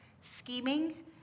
scheming